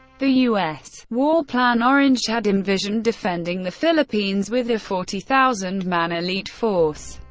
the u s. war plan orange had envisioned defending the philippines with a forty thousand man elite force.